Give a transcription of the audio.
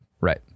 right